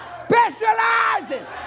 specializes